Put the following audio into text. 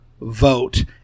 vote